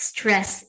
Stress